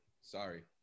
sorry